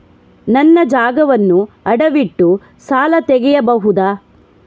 ನನ್ನ ಜಾಗವನ್ನು ಅಡವಿಟ್ಟು ಸಾಲ ತೆಗೆಯಬಹುದ?